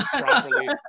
properly